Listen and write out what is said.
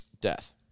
death